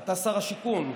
אתה שר השיכון.